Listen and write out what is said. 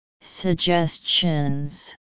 Suggestions